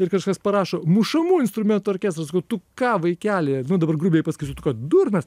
ir kažkas parašo mušamųjų instrumentų orkestras sakau tu ką vaikeli nu dabar grubiai pasakysiu tu ką durnas